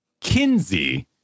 Kinsey